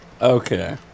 Okay